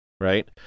right